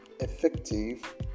effective